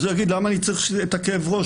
אז הוא יגיד: למה אני צריך את הכאב ראש,